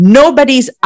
nobody's